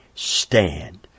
Stand